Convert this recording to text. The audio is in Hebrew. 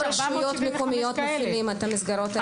גם רשויות מקומיות מפעילות את המסגרות.